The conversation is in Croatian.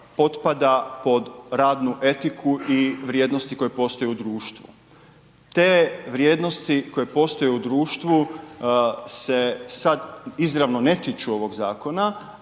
potpada pod radnu etiku i vrijednosti koje postoje u društvu, te vrijednosti koje postoje u društvu se sad izravno ne tiču ovog zakona,